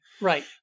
Right